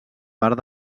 part